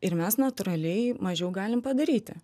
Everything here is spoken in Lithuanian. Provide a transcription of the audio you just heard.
ir mes natūraliai mažiau galim padaryti